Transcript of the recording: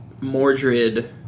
Mordred